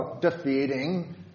defeating